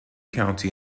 county